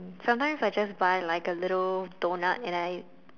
sometimes I just buy like a little doughnut and I